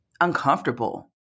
uncomfortable